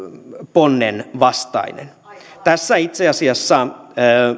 ponnen vastainen tässä itse asiassa